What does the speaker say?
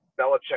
Belichick